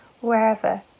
wherever